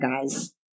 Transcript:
guys